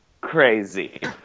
crazy